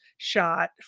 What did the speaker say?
shot